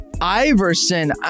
Iverson